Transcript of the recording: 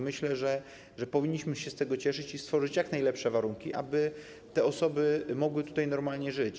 Myślę, że powinniśmy się z tego cieszyć i stworzyć jak najlepsze warunki, aby te osoby mogły tutaj normalnie żyć.